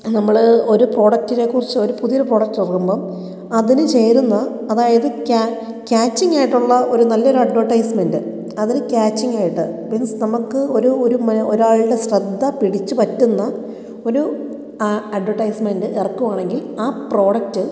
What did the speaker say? നമ്മൾ ഒരു പ്രൊഡക്ടിനെ കുറിച്ച് ഒരു പുതിയൊരു പ്രോഡക്റ്റ് ഇറങ്ങുമ്പം അതിനു ചേരുന്ന അതായത് ക്യാ ക്യാച്ചിങ് ആയിട്ടുള്ള ഒരു നല്ലൊരു അഡ്വെർടൈസ്മെൻ്റ് അതിനു ക്യാച്ചിങ് ആയിട്ട് മീൻസ് നമുക്ക് ഒരു ഒരു ഒരാൾടെ ശ്രദ്ധ പിടിച്ചു പറ്റുന്ന ഒരു അഡ്വെർടൈസ്മെൻ്റ് എറക്കുവാണെങ്കിൽ ആ പ്രൊഡക്ട്